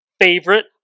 favorite